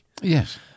Yes